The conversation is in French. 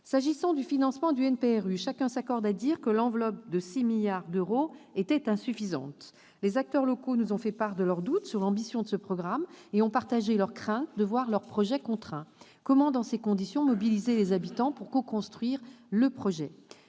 S'agissant du financement du NPNRU, chacun s'accorde à dire que l'enveloppe de 6 milliards d'euros était insuffisante. Les acteurs locaux nous ont fait part de leurs doutes sur l'ambition de ce programme et ont partagé leur crainte de voir leur projet contraint. Comment, dans ces conditions, mobiliser les habitants pour coconstruire le projet ?